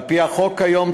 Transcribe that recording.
על-פי החוק כיום,